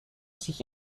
sich